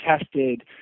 tested